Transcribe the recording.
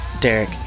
Derek